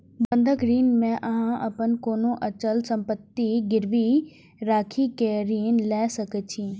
बंधक ऋण मे अहां अपन कोनो अचल संपत्ति गिरवी राखि कें ऋण लए सकै छी